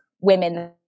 women